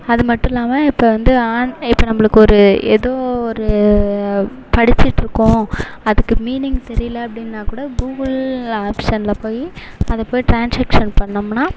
அது மட்டும் இல்லாமல் இப்போ வந்து இப்போ நம்மளுக்கு ஒரு ஏதோ ஒரு படிச்சுட்ருக்கோம் அதுக்கு மீனிங் தெரியலை அப்படின்னா கூட கூகுள் ஆப்ஷனில் போய் அதை போய் ட்ரான்ஸாக்ஷன் பண்ணோம்னா